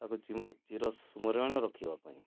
ତାକୁ ଚିର ସ୍ମରଣୀୟ ରଖିବା ପାଇଁ